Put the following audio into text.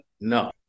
No